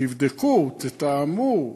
תבדקו, תתאמו.